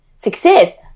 success